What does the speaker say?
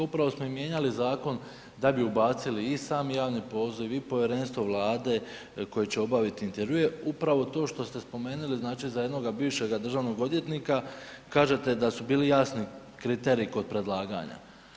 Upravo smo i mijenjali zakon da bi ubacili i sami javni poziv i Povjerenstvo Vlade koje će obaviti intervjue, upravo to što ste spomenuli za jednoga bivšega državnog odvjetnika, kažete da su bili jasni kriteriji kod predlaganja.